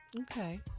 Okay